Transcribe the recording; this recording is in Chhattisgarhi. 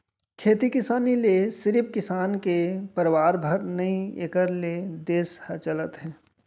खेती किसानी ले सिरिफ किसान के परवार भर नही एकर ले देस ह चलत हे